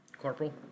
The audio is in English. Corporal